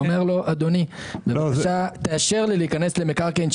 ואומר לו: תאשר לי להיכנס למקרקעין,